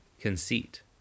conceit